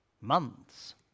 months